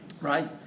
Right